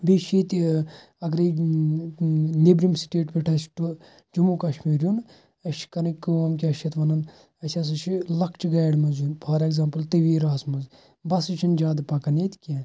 بیٚیہٕ چھُ ییٚتہِ ٲں اَگرٔے نیٚبرِم سِٹیٹ پٮ۪ٹھ آسہِ ٹُو جموں کَشمیٖر یُن اسہِ چھِ کَرٕنۍ کٲم کیٛاہ چھِ اتھ ونان اسہِ ہَسا چھ لۄکچہِ گاڑِ مَنٛز یُن فار ایٚگزامپٕل تَویراہَس مَنٛز بَسہٕ چھَنہٕ زیٛادٕ پَکان ییٚتہِ کیٚنٛہہ